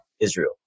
Israel